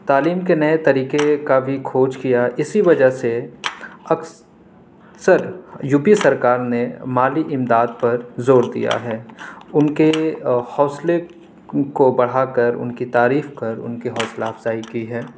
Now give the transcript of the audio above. تعلیم کے نئے طریقے کا بھی کھوج کیا اسی وجہ سے اکثر یو پی سرکار نے مالی امداد پر زور دیا ہے ان کے حوصلے کو بڑھا کر ان کی تعریف کر ان کی حوصلہ افزائی کی ہے